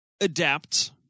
adapt